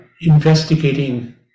investigating